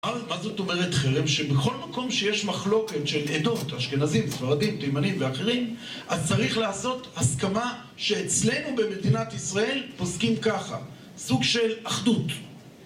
מה זאת אומרת חרם? שבכל מקום שיש מחלוקות של עדות, אשכנזים, ספרדים, תימנים ואחרים אז צריך לעשות הסכמה שאצלנו במדינת ישראל עוסקים ככה: סוג של אחדות